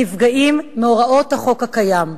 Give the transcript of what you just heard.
נפגעים מהוראות החוק הקיים.